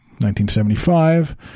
1975